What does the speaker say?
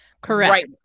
Correct